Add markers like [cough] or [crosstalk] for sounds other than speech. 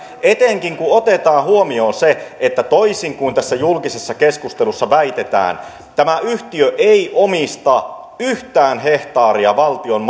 etenkin kun kun otetaan huomioon se että toisin kuin julkisessa keskustelussa väitetään tämä yhtiö ei omista yhtään hehtaaria valtion [unintelligible]